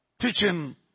teaching